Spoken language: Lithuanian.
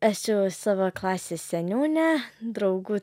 esiu savo klasės seniūnė draugų